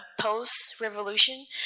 post-revolution